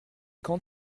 quand